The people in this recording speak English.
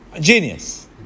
Genius